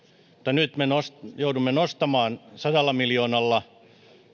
nyt me joudumme nostamaan sadalla miljoonalla